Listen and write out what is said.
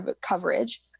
coverage